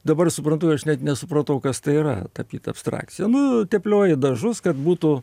dabar suprantu aš net nesupratau kas tai yra tapyt abstrakciją nu teplioji dažus kad būtų